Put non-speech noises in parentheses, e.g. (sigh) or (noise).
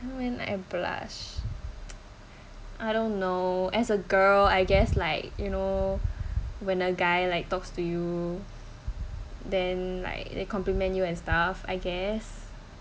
when I blushed (noise) I don't know as a girl I guess like you know when a guy like talks to you then like they compliment you and stuff I guess